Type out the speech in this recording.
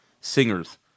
singers